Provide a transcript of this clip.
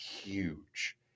huge